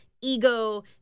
ego